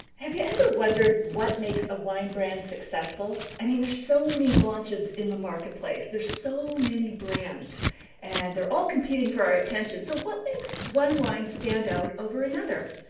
have you ever wondered what makes a wine brand successful? i mean there's so many launches in the marketplace. there's so many brands and they're all competing for our attention so what makes one wine stand out over another?